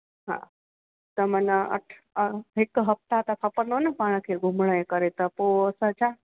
हा त मना अठ अ हिकु हफ़्ता त खपंदो न पाण खे घुमण जे करे त पोइ असां छा